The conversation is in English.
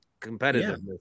competitiveness